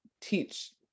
teach